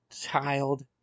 child